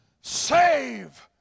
save